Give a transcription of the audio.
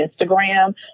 Instagram